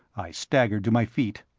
i staggered to my feet.